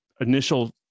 initial